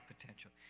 potential